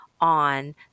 on